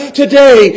today